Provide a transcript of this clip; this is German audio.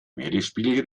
meeresspiegel